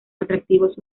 atractivos